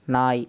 நாய்